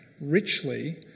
richly